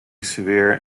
severe